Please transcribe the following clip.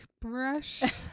brush